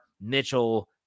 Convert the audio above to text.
Mitchell